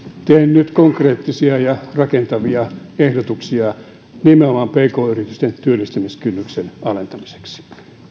teen nyt konkreettisia ja rankentavia ehdotuksia nimenomaan pk yritysten työllistämiskynnyksen alentamiseksi